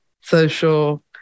social